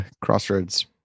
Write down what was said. Crossroads